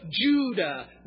Judah